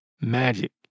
Magic